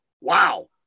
wow